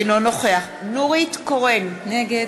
אינו נוכח נורית קורן, נגד